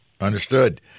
understood